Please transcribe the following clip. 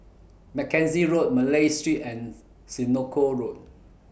Mackenzie Road Malay Street and Senoko Road